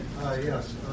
Yes